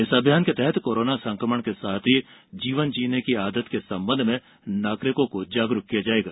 इस अभियान के तहत कोरोना संक्रमण के साथ ही जीवन जीने की आदत के संबंध में नागरिकों को जागरुक किया जायेगा